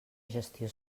gestió